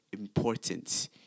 important